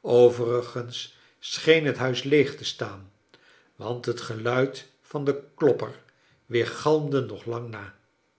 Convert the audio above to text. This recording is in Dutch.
overigens scheen het huis leeg te staan want het geluid van den klopper weergalmde nog lang na